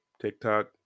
TikTok